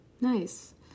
nice